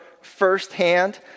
firsthand